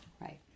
Right